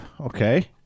Okay